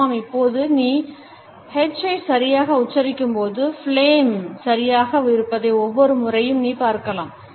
ஆமாம் இப்போது நீ h ஐ சரியாக உச்சரிக்கும்போதும் flame சரியாக இருப்பதை ஒவ்வொரு முறையும் நீ பார்க்கலாம்